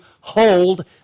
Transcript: hold